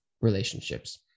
relationships